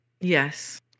Yes